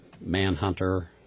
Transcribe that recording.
Manhunter